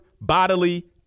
bodily